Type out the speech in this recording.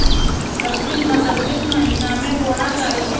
Arkel मटर किस महीना में बोना चाहिए?